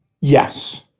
Yes